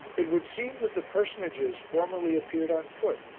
it would seem that the personages formerly appeared on foot,